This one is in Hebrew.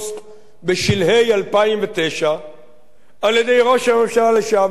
בשלהי 2009 על-ידי ראש הממשלה לשעבר אהוד אולמרט,